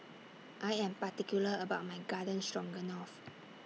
I Am particular about My Garden Stroganoff